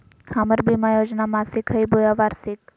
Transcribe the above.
हमर बीमा योजना मासिक हई बोया वार्षिक?